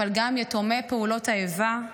אבל גם יתומי פעולות האיבה.